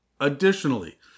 Additionally